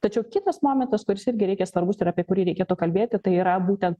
tačiau kitas momentas kuris irgi reikia svarbus ir apie kurį reikėtų kalbėti tai yra būtent